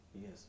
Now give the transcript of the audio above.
Yes